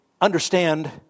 understand